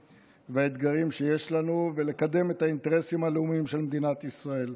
והאתגרים שיש לנו ולקדם את האינטרסים הלאומיים של מדינת ישראל.